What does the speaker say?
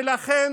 ולכן